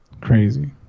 Crazy